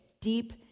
deep